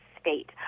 state